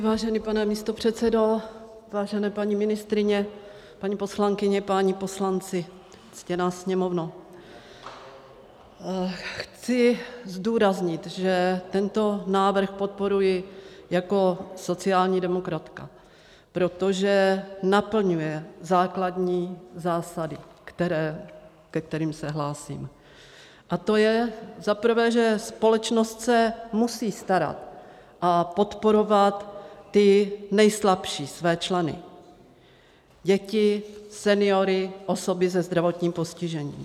Vážený pane místopředsedo, vážené paní ministryně, paní poslankyně, páni poslanci, ctěná Sněmovno, chci zdůraznit, že tento návrh podporuji jako sociální demokratka, protože naplňuje základní zásady, ke kterým se hlásím, a to je za prvé, že společnost se musí starat a podporovat ty nejslabší své členy: děti, seniory, osoby se zdravotním postižením.